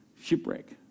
shipwreck